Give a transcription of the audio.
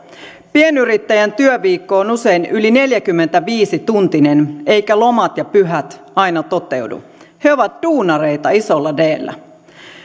pienyrittäjän työviikko on usein yli neljäkymmentäviisi tuntinen eivätkä lomat ja pyhät aina toteudu he ovat duunareita isolla dllä